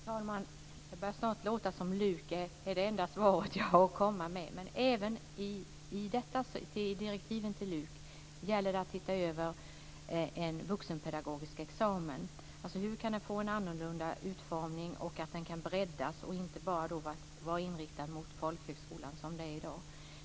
Fru talman! Det börjar snart låta som att LUK är det enda svar jag har att komma med. I direktiven till LUK ingår även att titta över en vuxenpedagogisk examen, alltså hur den kan få en annorlunda utformning och breddas och inte bara vara inriktad mot folkhögskolan som i dag.